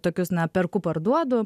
tokius na perku parduodu